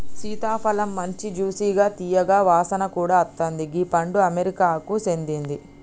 సీతాఫలమ్ మంచి జ్యూసిగా తీయగా వాసన కూడా అత్తది గీ పండు అమెరికాకు సేందింది